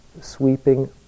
sweeping